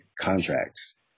contracts